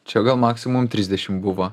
čia gal maksimum trisdešimt buvo